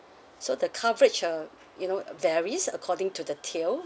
so the coverage uh you know varies according to the tier